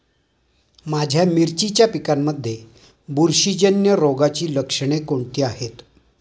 माझ्या मिरचीच्या पिकांमध्ये बुरशीजन्य रोगाची लक्षणे कोणती आहेत?